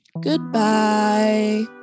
Goodbye